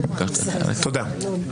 תודה.